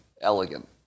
elegant